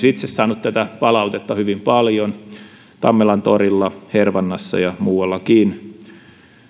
itse saanut tätä palautetta hyvin paljon tammelantorilla hervannassa ja muuallakin